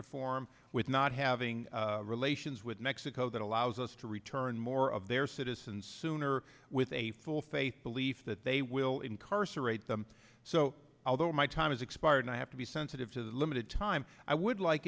reform with not having relations with mexico that allows us to return more of their citizens sooner with a full faith belief that they will incarcerate them so although my time has expired i have to be sensitive to the limited time i would like